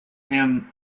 him